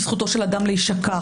עם זכותו של אדם להישכח,